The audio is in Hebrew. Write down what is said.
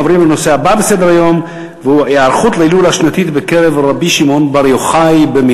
אנחנו עוברים לנושא הבא: ההיערכות להילולה השנתית בקבר רשב"י במירון,